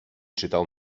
czytał